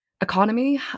economy